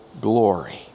glory